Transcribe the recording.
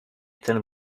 ten